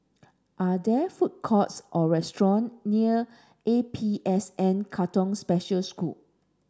are there food courts or restaurant near A P S N Katong Special School